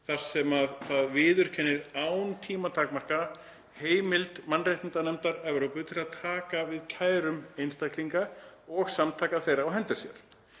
þar sem það viðurkennir án tímatakmarkana heimild mannréttindanefndar Evrópu til að taka við kærum einstaklinga og samtaka þeirra á hendur sér.